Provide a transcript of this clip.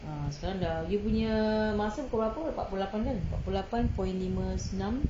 ah sekarang dah you punya masa pukul berapa empat puluh lapan kan empat puluh lapan point lima enam